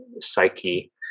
psyche